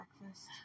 breakfast